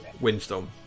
Windstorm